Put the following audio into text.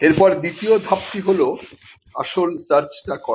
এরপরে দ্বিতীয় ধাপটি হল আসল সার্চ টা করা